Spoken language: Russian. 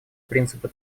принципы